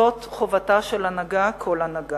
זאת חובתה של הנהגה, כל הנהגה.